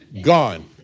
gone